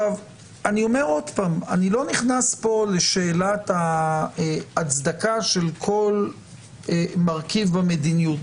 אני לא נכנס לשאלת ההצדקה של כל מרכיב במדיניות.